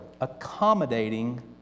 accommodating